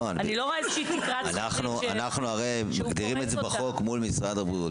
לא, אנחנו מגדירים את זה בחוק מול משרד הבריאות.